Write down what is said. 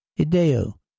Ideo